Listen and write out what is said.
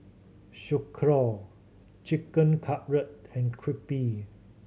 Sauerkraut Chicken Cutlet and Crepe